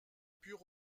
pure